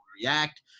react